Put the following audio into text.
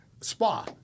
spa